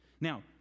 Now